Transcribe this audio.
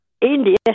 India